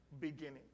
beginning